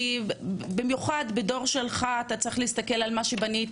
כי במיוחד בדור שלך אתה צריך להסתכל על מה שבנית,